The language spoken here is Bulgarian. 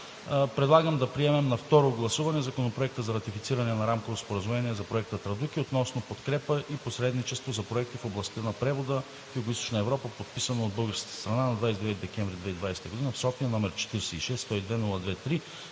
предлагам да приемем на второ гласуване Законопроект за ратифициране на Рамково споразумение за Проекта „Традуки“ относно подкрепа и посредничество за проекти в областта на превода в Югоизточна Европа, подписано от българската страна на 29 декември 2020 г. в София, № 46-102-02-3,